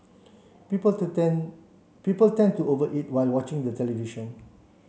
people to tend people tend to over eat while watching the television